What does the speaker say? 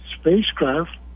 spacecraft